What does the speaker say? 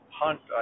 hunt